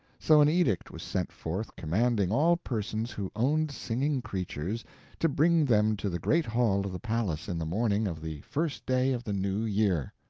so an edict was sent forth commanding all persons who owned singing creatures to bring them to the great hall of the palace in the morning of the first day of the new year.